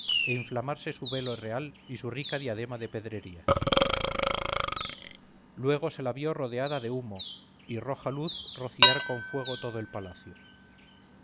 inflamarse su velo real y su rica diadema de pedrerías luego se la vio rodeada de humo y roja luz rociar con fuego todo el palacio